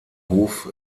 hof